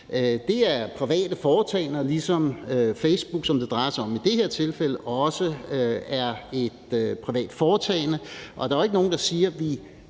Det er private foretagender, ligesom Facebook, som det drejer sig om i det her tilfælde, også er et privat foretagende. Og der er jo ikke nogen, der siger, at vi